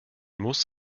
muss